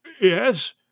Yes